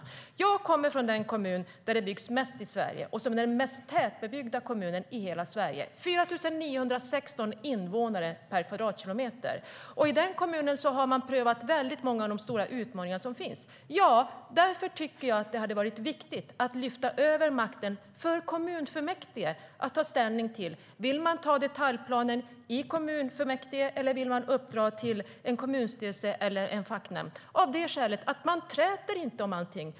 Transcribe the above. I den kommun som jag kommer från byggs det mest i Sverige. Det är den mest tätbebyggda kommunen i hela Sverige - 4 916 invånare per kvadratkilometer. I den kommunen har man prövat många av de stora utmaningar som finns. Därför tycker jag att det hade varit viktigt att lyfta över makten till kommunfullmäktige att ta ställning till om man vill anta detaljplanen i kommunfullmäktige eller om man vill uppdra till en kommunstyrelse eller en facknämnd att göra det av det skälet att man inte träter om allting.